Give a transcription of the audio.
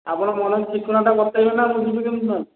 ଆପଣ ମନେକି ଠିକଣାଟା ବତାଇବେ ନା ମୁଁ ଯିବି କେମିତି ନହେଲେ